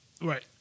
Right